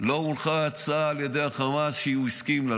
לא הונחה הצעה על ידי החמאס שהוא הסכים לה.